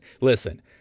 Listen